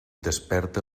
desperta